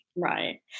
Right